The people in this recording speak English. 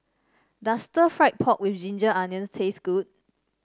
does Stir Fried Pork with Ginger Onions taste good